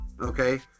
Okay